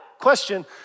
question